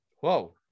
whoa